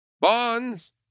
Bonds